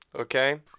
okay